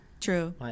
True